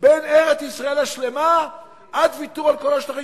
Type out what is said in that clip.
בין ארץ-ישראל השלמה עד ויתור על כל השטחים,